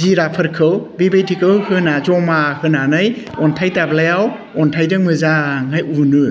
जिराफोरखौ बेबायदिखौ होना जमा होनानै अन्थाइ दाब्लायाव अन्थाइजों मोजाङै उनो